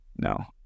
no